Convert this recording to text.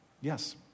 Yes